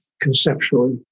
conceptually